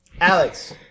Alex